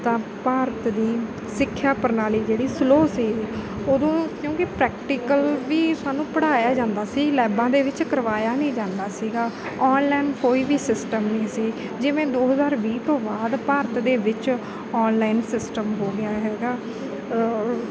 ਤਾਂ ਭਾਰਤ ਦੀ ਸਿੱਖਿਆ ਪ੍ਰਣਾਲੀ ਜਿਹੜੀ ਸਲੋ ਸੀ ਉਦੋਂ ਕਿਉਂਕਿ ਪ੍ਰੈਕਟੀਕਲ ਵੀ ਸਾਨੂੰ ਪੜ੍ਹਾਇਆ ਜਾਂਦਾ ਸੀ ਲੈਬਾਂ ਦੇ ਵਿੱਚ ਕਰਵਾਇਆ ਨਹੀਂ ਜਾਂਦਾ ਸੀਗਾ ਔਨਲੈਨ ਕੋਈ ਵੀ ਸਿਸਟਮ ਨਹੀਂ ਸੀ ਜਿਵੇਂ ਦੋ ਹਜ਼ਾਰ ਵੀਹ ਤੋਂ ਬਾਅਦ ਭਾਰਤ ਦੇ ਵਿੱਚ ਔਨਲਾਇਨ ਸਿਸਟਮ ਹੋ ਗਿਆ ਹੈਗਾ